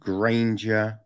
Granger